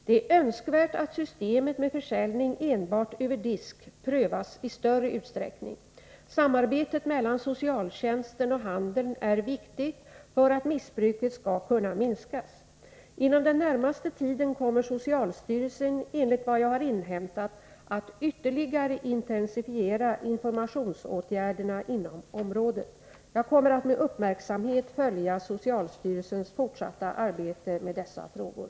Det är önskvärt att systemet med försäljning enbart över disk prövas i större utsträckning. Samarbetet mellan socialtjänsten och handeln är viktigt för att missbruket skall kunna minskas. Inom den närmaste tiden kommer socialstyrelsen enligt vad jag har inhämtat att ytterligare intensifiera informationsåtgärderna inom området. Jag kommer att med uppmärksamhet följa socialstyrelsens fortsatta arbete med dessa frågor.